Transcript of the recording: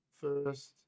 first